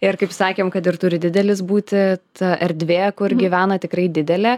ir kaip sakėm kad ir turi didelis būti ta erdvė kur gyvena tikrai didelė